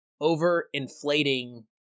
over-inflating